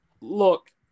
look